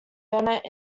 bennett